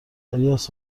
الیاس